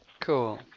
Cool